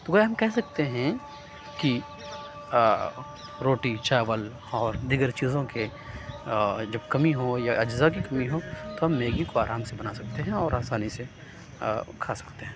تو گویا ہم کہہ سکتے ہیں کہ روٹی چاول اور دیگر چیزوں کے جب کمی ہو یا اجزاء کی کمی ہو تو ہم میگی کو آرام سے بنا سکتے ہیں اور آسانی سے کھا سکتے ہیں